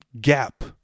gap